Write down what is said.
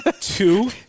Two